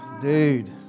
dude